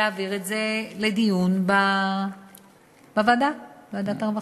להעביר את זה לדיון בוועדה, ועדת הרווחה.